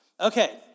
Okay